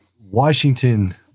Washington